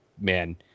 man